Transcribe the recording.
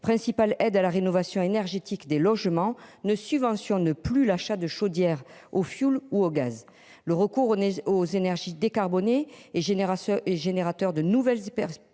principale. Aide à la rénovation énergétique des logements ne subventionne plus l'achat de chaudières au fioul ou au gaz. Le recours aux énergies décarbonnées et génération et générateur de nouvelles perspectives